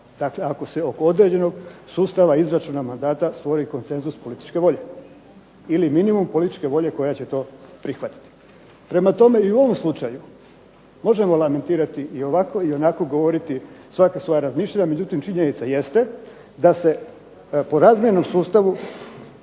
Dakle, ako se oko određenog sustava izračuna mandata stvori konsenzus političke volje ili minimum političke volje koja će to prihvatiti. Prema tome, i u ovom slučaju možemo lamentirati i ovako i onako govoriti svaki svoja razmišljanja. Međutim, činjenica jeste da se po razmjernom sustavu